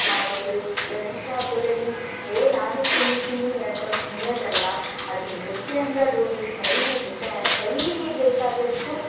ಮಾಡ್ಬೋದು ಈ ಗಣೇಶ ಹಬ್ಬದಲ್ಲಿ ಏಯ್ ನಾನು ಕುಣಿತೀನಿ ಅಂತ ಕುಣಿಯೋದಲ್ಲ ಅದು ನೃತ್ಯ ಅಂದರೆ ಅದು ಒಂದು ಶೈಲಿ ಇರುತ್ತೆ ಆ ಶೈಲಿಗೆ ಬೇಕಾದಷ್ಟು